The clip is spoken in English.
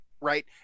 right